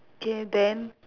J band